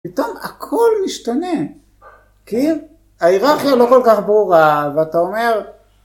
פתאום הכל משתנה. כאילו, ההיררכיה לא כל כך ברורה, ואתה אומר...